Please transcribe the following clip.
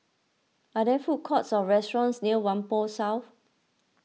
are there food courts or restaurants near Whampoa South